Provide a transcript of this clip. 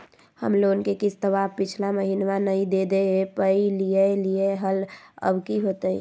हम लोन के किस्तवा पिछला महिनवा नई दे दे पई लिए लिए हल, अब की होतई?